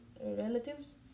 relatives